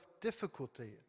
difficulty